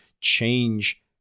change